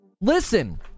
Listen